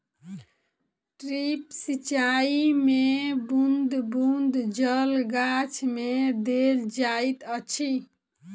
drip सिचाई मे बूँद बूँद जल गाछ मे देल जाइत अछि